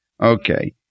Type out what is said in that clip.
Okay